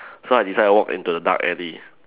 so I decided to walk into the dark alley